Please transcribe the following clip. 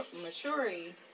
maturity